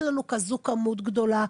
אין לנו כזו כמות גדולה.